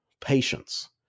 Patience